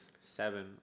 seven